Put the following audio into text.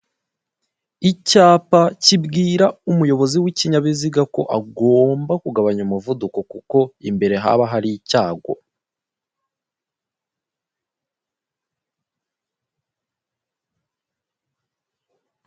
Ikigo cy'imari gishinzwe kubika kikabikira abaturage amafaranga yabo mu buryo bwiza kandi bwizewe bufite umutekano.